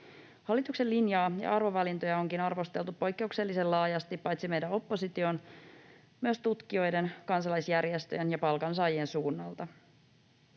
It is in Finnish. Hallituksen linjaa ja arvovalintoja onkin arvosteltu poikkeuksellisen laajasti paitsi meidän opposition myös tutkijoiden, kansalaisjärjestöjen ja palkansaajien suunnalta.